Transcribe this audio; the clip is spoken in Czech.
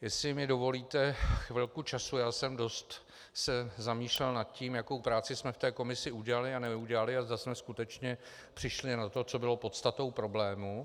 Jestli mi dovolíte chvilku času, já jsem se dost zamýšlel nad tím, jakou práci jsme v té komisi udělali a neudělali a zda jsme skutečně přišli na to, co bylo podstatou problému.